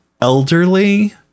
elderly